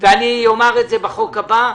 ואומר את זה בחוק הבא.